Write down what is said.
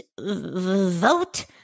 vote